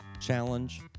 challenge